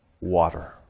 water